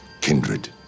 kindred